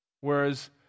whereas